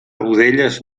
rodelles